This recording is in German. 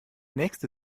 nächste